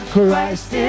Christ